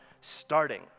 Starting